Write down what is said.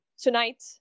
tonight